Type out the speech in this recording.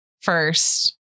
First